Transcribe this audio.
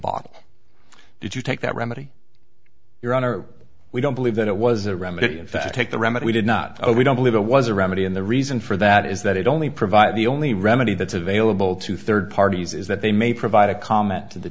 if you take that remedy your honor we don't believe that it was a remedy in fact take the remedy we did not know we don't believe it was a remedy and the reason for that is that it only provided the only remedy that's available to third parties is that they may provide a comment to the